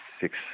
six